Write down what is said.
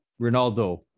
Ronaldo